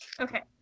Okay